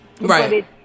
Right